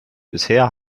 bisher